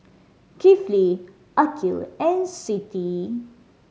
Kifli Aqil and Siti